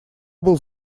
был